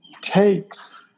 takes